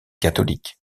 catholique